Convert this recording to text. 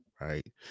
right